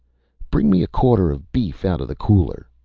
bring me a quarter of beef outta the cooler.